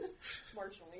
marginally